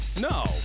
No